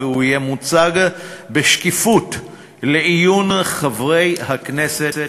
והוא יהיה מוצג בשקיפות לעיון חברי הכנסת